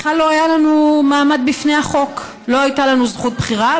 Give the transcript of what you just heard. בכלל לא היה לנו מעמד בפני החוק: לא הייתה לנו זכות בחירה,